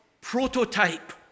prototype